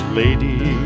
lady